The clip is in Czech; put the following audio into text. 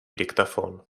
diktafon